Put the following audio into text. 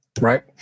right